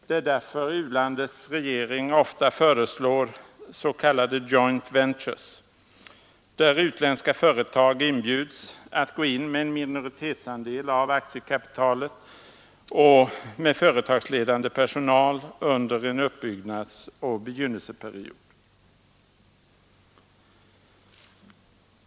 Det är därför u-landets regering ofta föreslår s.k. joint ventures — utländska företag inbjuds att gå in med en minoritetsandel av aktiekapitalet och med företagsledande personal under en uppbyggnadsoch begynnelseperiod.